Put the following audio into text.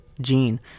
gene